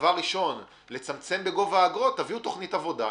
דבר ראשון לצמצם בגובה האגרות תביאו תכנית עבודה.